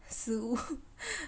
食物